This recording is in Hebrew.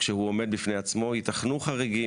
כשהוא עומד בפני עצמו יתכנו חריגים,